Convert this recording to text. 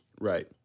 Right